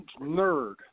nerd